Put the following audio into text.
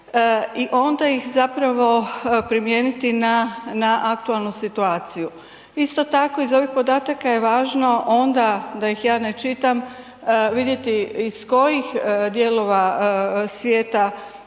i onda ih primijeniti na aktualnu situaciju. Isto tako iz ovih podataka je važno onda da ih ja ne čitam vidjeti iz kojih dijelova svijeta